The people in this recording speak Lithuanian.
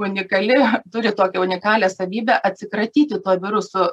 unikali turi tokią unikalią savybę atsikratyti tuo virusu